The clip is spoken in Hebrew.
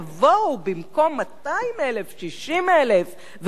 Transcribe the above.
מקווים בסתר לבם שאולי במקום 200,000 יבואו 60,000,